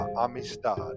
Amistad